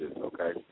okay